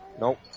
nope